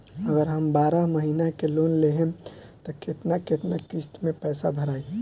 अगर हम बारह महिना के लोन लेहेम त केतना केतना किस्त मे पैसा भराई?